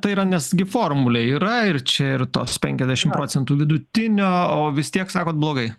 tai yra nes gi formulė yra ir čia ir tos penkiasdešimt procentų vidutinio o vis tiek sakot blogai